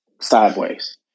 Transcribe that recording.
sideways